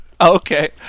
Okay